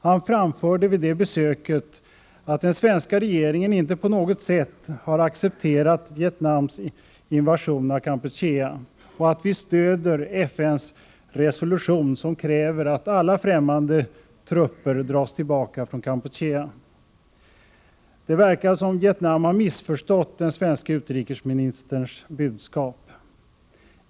Han framförde vid det besöket att den svenska regeringen inte på något sätt har accepterat Vietnams invasion av Kampuchea och att vi stöder FN:s resolution, där det krävs att alla främmande trupper dras tillbaka från Kampuchea. Det verkar som om Vietnam har missförstått den svenske utrikesministerns budskap.